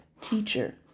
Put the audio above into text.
teacher